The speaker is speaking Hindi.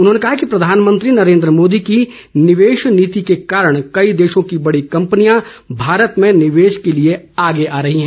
उन्होंने कहा कि प्रधानमंत्री नरेंद्र मोदी की निवेश नीति के कारण कई देशों की बड़ी कंपनियां भारत में निवेश के लिए आगे आ रही है